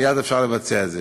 מייד אפשר לבצע את זה.